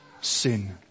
sin